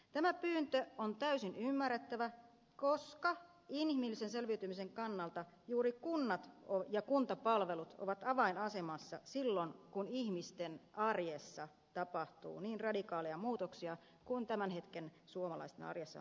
tämä pyyntö on täysin ymmärrettävä koska inhimillisen selviytymisen kannalta juuri kunnat ja kuntapalvelut ovat avainasemassa silloin kun ihmisten arjessa tapahtuu niin radikaaleja muutoksia kuin tämän hetken suomalaisten arjessa on tapahtumassa